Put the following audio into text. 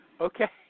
Okay